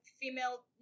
female